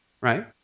right